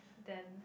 them